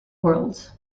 world